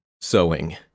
sewing